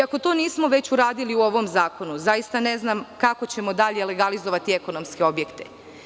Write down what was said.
Ako to nismo već uradili u ovom zakonu, zaista ne znam kako ćemo dalje legalizovati ekonomske objekte.